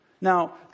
Now